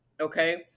okay